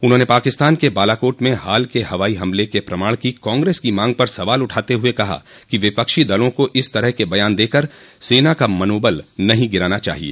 उन्होंने पाकिस्तान के बालाकोट में हाल के हवाई हमलें के प्रमाण की कांग्रेस की माँग पर सवाल उठाते हुए कहा कि विपक्षी दलों को इस तरह के बयान देकर सेना का मनोबल नहीं गिराना चाहिए